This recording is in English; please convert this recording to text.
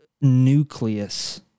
nucleus